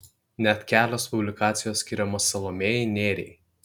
net kelios publikacijos skiriamos salomėjai nėriai